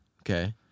Okay